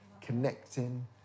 connecting